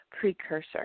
Precursor